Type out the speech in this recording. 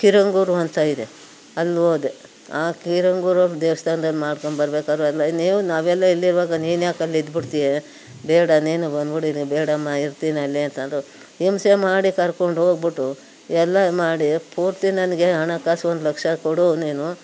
ಕಿರಂಗೂರು ಅಂತ ಇದೆ ಅಲ್ಲೋದೆ ಆ ಕಿರಂಗೂರವ್ರು ದೇವ್ಸ್ಥಾನ್ದಲ್ಲಿ ಮಾಡ್ಕೊಂಡು ಬರ್ಬೇಕಾದ್ರೆ ಅಲ್ಲಿ ನೀವು ನಾವೆಲ್ಲ ಇಲ್ಲಿರುವಾಗ ನೀನ್ಯಾಕೆ ಅಲ್ಲಿ ಇದ್ಬಿಡ್ತೀಯಾ ಬೇಡ ನೀನು ಬಂದ್ಬಿಡು ಇಲ್ಲಿಗೆ ಬೇಡಮ್ಮ ಇರ್ತೀನಲ್ಲೇ ಅಂತ ಅಂದ್ರು ಹಿಂಸೆ ಮಾಡಿ ಕರ್ಕೊಂಡೋಗ್ಬಿಟ್ಟು ಎಲ್ಲ ಮಾಡಿ ಪೂರ್ತಿ ನನಗೆ ಹಣಕಾಸು ಒಂದು ಲಕ್ಷ ಕೊಡು ನೀನು